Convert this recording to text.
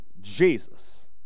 Jesus